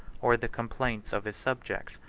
or the complaints of his subjects,